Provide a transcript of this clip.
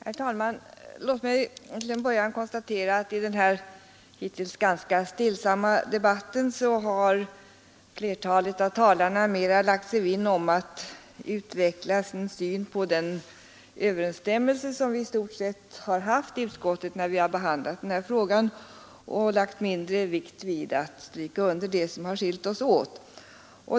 Herr talman! Låt mig till en början konstatera att i den här hittills ganska stillsamma debatten har flera av talarna lagt sig vinn om att utveckla sin syn på den överensstämmelse som i stort sett har rått i utskottet, när vi har behandlat den här frågan, och vi har lagt mindre vikt vid att stryka under det som skilt oss åt.